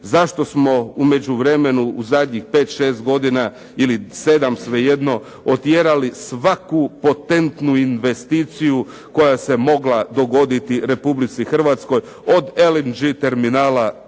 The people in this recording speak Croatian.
zašto smo u međuvremenu u zadnjih pet, šest godina ili sedam svejedno otjerali svaku potentnu investiciju koja se mogla dogoditi Republici Hrvatskoj od LNG terminala